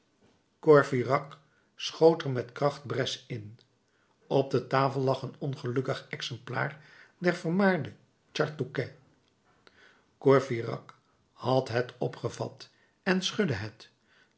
courfeyrac schoot er met kracht bres in op de tafel lag een ongelukkig exemplaar der vermaarde charte touquet courfeyrac had het opgevat en schudde het